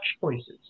choices